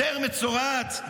יותר מצורעת?